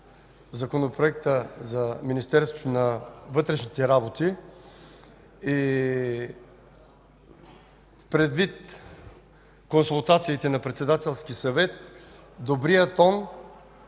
Закона за Министерството на вътрешните работи и предвид консултациите на Председателския съвет – добрия тон,